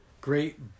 great